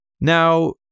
Now